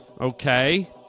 Okay